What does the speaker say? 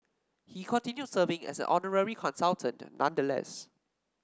he continued serving as an honorary consultant nonetheless